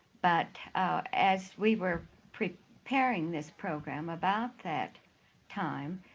but as we were preparing this program, about that time,